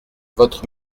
votre